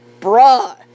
bruh